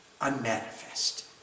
unmanifest